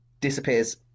disappears